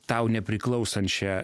tau nepriklausančią